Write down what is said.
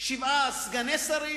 ושבעה הם סגני שרים?